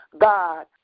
God